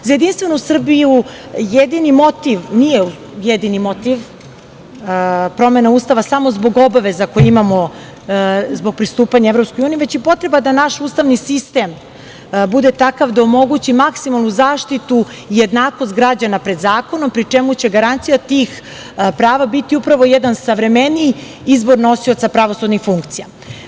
Za Jedinstvenu Srbiju, jedini motiv, nije jedini motiv promena Ustava samo zbog obaveza koje imamo zbog pristupanja EU, već i potreba da naš ustavni sistem bude takav da omogući maksimalnu zaštitu, jednakost građana pred zakonom, pri čemu će garancija tih prava biti upravo jedan savremeniji izbor nosioca pravosudnih funkcija.